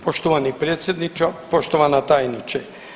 Poštovani predsjedniče, poštovani tajniče.